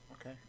Okay